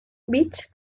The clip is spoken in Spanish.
beach